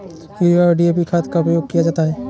urea और DAP खाद का प्रयोग किया जाता है